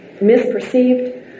misperceived